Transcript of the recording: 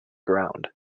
ground